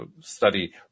study